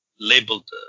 Labeled